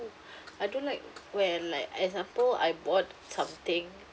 I don't like when like example I bought something